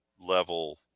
level